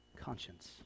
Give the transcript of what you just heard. conscience